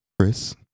chris